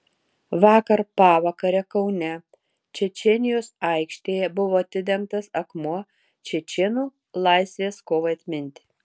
vakar pavakare kaune čečėnijos aikštėje buvo atidengtas akmuo čečėnų laisvės kovai atminti